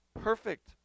perfect